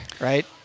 right